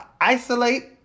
isolate